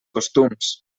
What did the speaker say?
costums